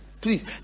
please